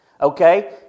Okay